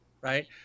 right